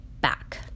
back